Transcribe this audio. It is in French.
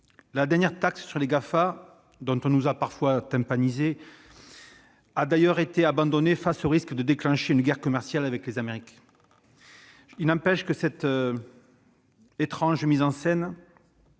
La dernière taxe sur les GAFA, dont le Gouvernement nous a parfois tympanisés, a d'ailleurs été abandonnée face au risque de déclencher une guerre commerciale avec les États-Unis. Il n'empêche que cette étrange mise en scène